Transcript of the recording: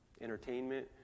entertainment